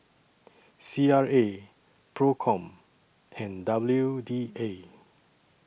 C R A PROCOM and W D A